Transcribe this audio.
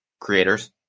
creators